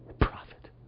prophet